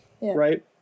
right